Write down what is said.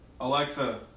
Alexa